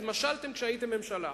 אז משלתם כשהייתם ממשלה.